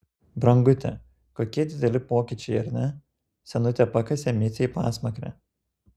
brangute kokie dideli pokyčiai ar ne senutė pakasė micei pasmakrę